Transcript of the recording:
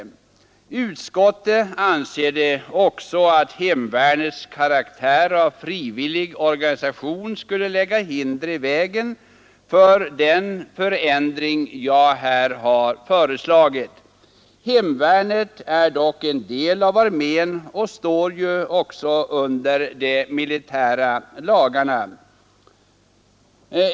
Utskottet av frivillig organisation skulle lägga slagit. Hemvärnet är anser också att hemvärnets karaktä hinder i vägen för den förändring jag här har för dock en del av armén och står under de militära lagarna.